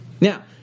Now